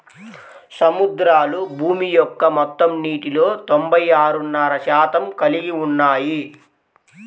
సముద్రాలు భూమి యొక్క మొత్తం నీటిలో తొంభై ఆరున్నర శాతం కలిగి ఉన్నాయి